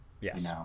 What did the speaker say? Yes